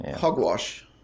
Hogwash